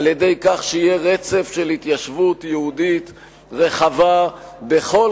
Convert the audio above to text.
על-ידי כך שיהיה רצף של התיישבות יהודית רחבה בכל